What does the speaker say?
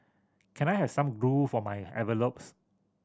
can I have some glue for my envelopes